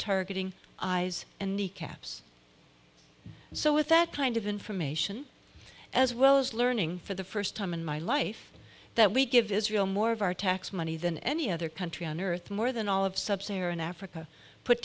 targeting eyes and kneecaps so with that kind of information as well as learning for the first time in my life that we give israel more of our tax money than any other country on earth more than all of sub saharan africa put